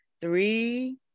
three